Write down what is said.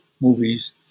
movies